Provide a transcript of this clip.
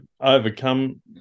overcome